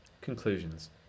Conclusions